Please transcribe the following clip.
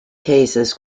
cases